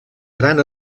gran